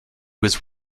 was